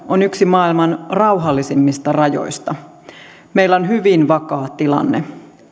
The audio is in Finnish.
on yksi maailman rauhallisimmista rajoista meillä on hyvin vakaa tilanne